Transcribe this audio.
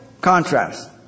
contrast